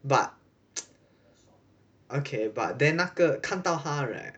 but okay but then 那个看到他 right